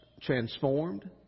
transformed